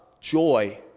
joy